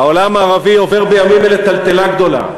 העולם הערבי עובר בימים אלה טלטלה גדולה.